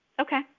Okay